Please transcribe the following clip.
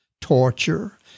torture